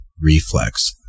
reflex